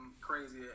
crazy